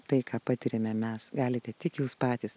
tai ką patiriame mes galite tik jūs patys